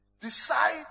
Decide